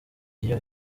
iyo